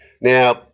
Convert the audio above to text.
now